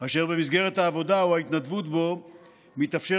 אשר במסגרת העבודה או ההתנדבות בו מתאפשר